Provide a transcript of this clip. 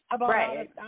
Right